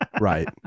Right